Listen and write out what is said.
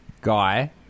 Guy